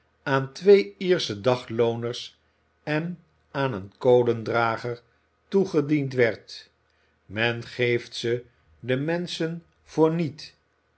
aan twee iersche daglooners en aan een kolendrager toegediend werd men geeft ze den menschen voor niet